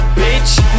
bitch